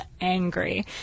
angry